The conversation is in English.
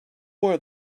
were